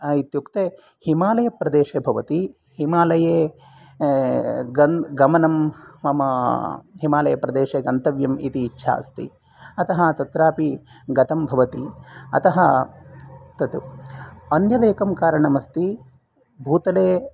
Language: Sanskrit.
इत्युक्ते हिमालयप्रदेशे भवति हिमालये गमनं मम हिमालयप्रदेशे गन्तव्यम् इति इच्छा अस्ति अतः तत्रापि गतं भवति अतः तत् अन्यदेकं कारणम् अस्ति भूतले